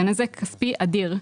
בנזק כספי אדיר.